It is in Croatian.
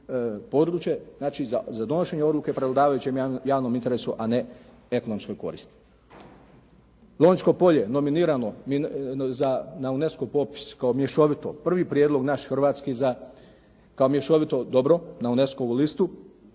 područje znači za donošenje odluke prevladavajućem javnom interesu, a ne ekonomskoj koristi. Lonjsko polje nominirano za UNESCO-ov popis kao mješovito. Prvi prijedlog naš hrvatski kao mješovito dobro, na UNESCO-vu listu.